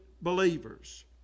believers